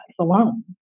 alone